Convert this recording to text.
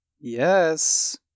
Yes